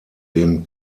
den